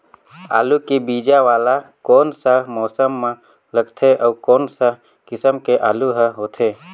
आलू के बीजा वाला कोन सा मौसम म लगथे अउ कोन सा किसम के आलू हर होथे?